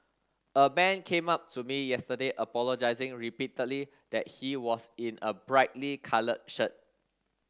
a man came up to me yesterday apologising repeatedly that he was in a brightly coloured shirt